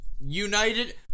United